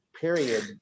period